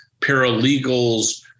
paralegals